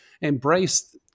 embrace